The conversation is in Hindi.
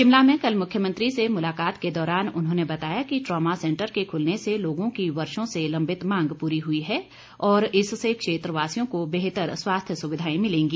शिमला में कल मुख्यमंत्री से मुलाकात के दौरान उन्होंने बताया कि ट्रॉमा सैंटर के खुलने से लोगों की वर्षो से लंबित मांग पूरी हुई है और क्षेत्रवासियों को बेहतर स्वास्थ्य सुविधाएं मिलेंगी